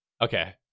Okay